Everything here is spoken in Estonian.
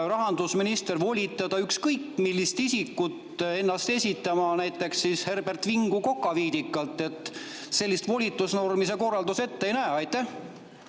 rahandusminister võib volitada ükskõik millist isikut ennast esindama, näiteks Herbert Vingu Kokaviidikalt. Sellist volitusnormi see korraldus ette ei näe.